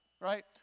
right